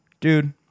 Dude